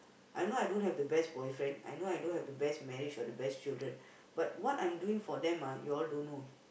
I know I don't have the best boyfriend I know I don't have the best marriage or the best children but what I'm doing for them ah you all don't know